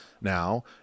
now